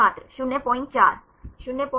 छात्र 04 04